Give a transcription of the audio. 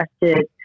interested